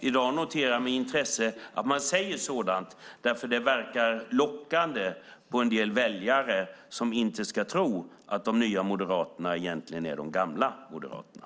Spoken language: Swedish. I dag noterar vi med intresse att man säger sådant därför att det verkar lockande på en del väljare som inte ska tro att de nya moderaterna egentligen är de gamla moderaterna.